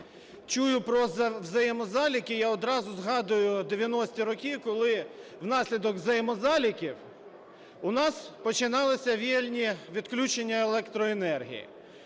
чую про взаємозаліки, я одразу згадую 90-і роки, коли внаслідок взаємозаліків у нас починалися віяльні відключення електроенергії.